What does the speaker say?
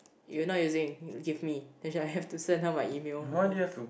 you're not using give me then eh shit I have to send her my email